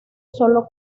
solo